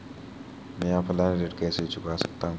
मैं ऑफलाइन ऋण कैसे चुका सकता हूँ?